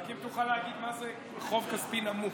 רק אם תוכל להגיד מה זה חוב כספי נמוך.